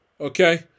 Okay